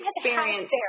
experience